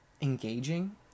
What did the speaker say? engaging